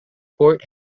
port